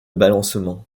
balancement